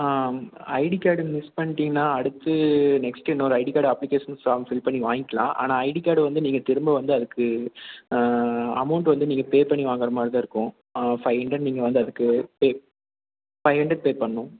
ID card miss பண்ணிட்டிங்னா அடுத்து next இன்னொரு ID card application form fill பண்ணி வாங்க்கிலாம் ஆனால் ஐடி கார்டு வந்து நீங்கள் திரும்ப வந்து அதுக்கு அமௌன்ட்டு வந்து நீங்கள் பே பண்ணி வாங்கிற மாதிரி தான் இருக்கும் ஃபைவ் ஹண்ட்ரெட் நீங்கள் வந்து அதுக்கு பே ஃபைவ் ஹண்ட்ரெட் பே பண்ணணும்